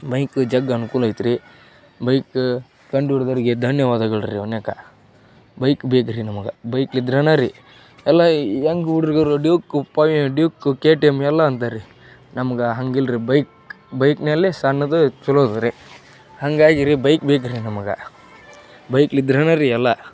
bike ಜಗ್ ಅನುಕೂಲ ಐತ್ರಿ ಬೈಕ ಕಂಡು ಹಿಡಿದೋರಿಗೆ ಧನ್ಯವಾದಗಳು ರೀ ಒನ್ಯಾಕ ಬೈಕ್ ಬೇಕ್ರಿ ನಮ್ಗೆ ಬೈಕ್ ಇದ್ರೇ ರಿ ಎಲ್ಲ ಯಂಗ್ ಹುಡುಗ್ರು Duke five Duke K T M ಎಲ್ಲ ಅಂತಾರ್ರಿ ನಮ್ಗೆ ಹಂಗೆ ಇಲ್ರಿ ಬೈಕ್ ಬೈಕ್ನಲ್ಲೆ ಸಣ್ಣದು ಚಲೋದು ರಿ ಹಂಗಾಗಿ ರಿ ಬೈಕ್ ಬೇಕ್ರಿ ನಮ್ಗೆ ಬೈಕ್ ಇದ್ರೆನೇರಿ ಎಲ್ಲ